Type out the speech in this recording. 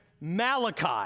Malachi